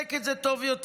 ולתחזק את זה טוב יותר: